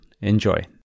Enjoy